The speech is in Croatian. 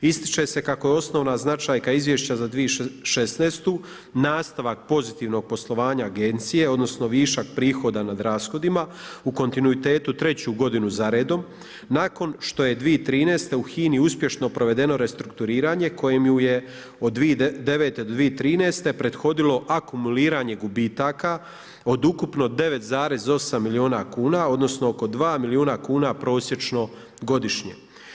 Ističe se kako je osnovna značajka izvješća za 2016. nastavak pozitivnog poslovanja agencije, odnosno višak prihoda nad rashodima u kontinuitetu treću godinu za redom, nakon što je 2013. u HINA-i uspješno provedeno restrukturiranje kojim ju je od 2009. do 2013. prethodilo akumuliranje gubitaka od ukupno 9,8 miliona kuna, odnosno oko 2 miliona kuna prosječno godišnje.